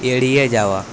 এড়িয়ে যাওয়া